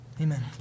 Amen